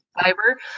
fiber